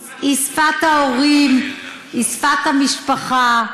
היא שפת ההורים, היא שפת המשפחה,